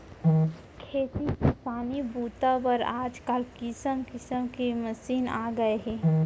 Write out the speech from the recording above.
खेती किसानी बूता बर आजकाल किसम किसम के मसीन आ गए हे